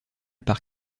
par